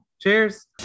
Cheers